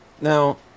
Now